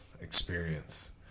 experience